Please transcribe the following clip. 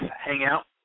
Hangout